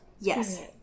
yes